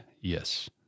yes